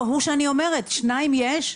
לא, הוא שאני אומרת, שניים יש?